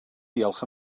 diolch